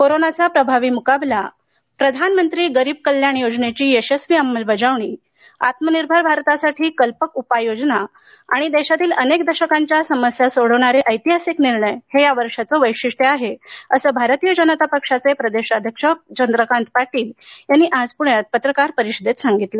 कोरोनाचा प्रभावी मुकाबला प्रधानमंत्री गरीब कल्याण योजनेची यशस्वी अंमलबजावणी आत्मनिर्भर भारतासाठी कल्पक उपाययोजना आणि देशातील अनेक दशकांच्या समस्या सोडविणारे ऐतिहासिक निर्णय हे या वर्षाचे वैशिष्ट्य आहे असं भारतीय जनता पक्षाचे प्रदेशाध्यक्ष चंद्रकांत पाटील यांनी आज पुण्यात पत्रकार परिषदेत सांगितलं